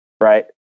right